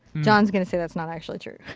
john is going to say that's not actually true.